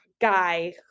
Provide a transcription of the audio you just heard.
guy